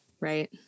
Right